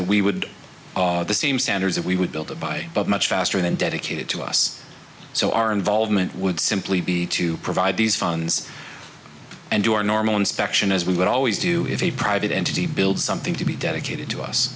that we would the same standards that we would build or buy but much faster than dedicated to us so our involvement would simply be to provide these funds and do our normal inspection as we would always do if a private entity build something to be dedicated